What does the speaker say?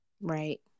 Right